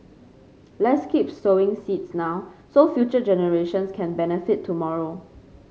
let's keep sowing seeds now so future generations can benefit tomorrow